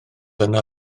yna